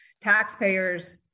Taxpayers